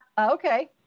Okay